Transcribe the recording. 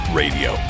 radio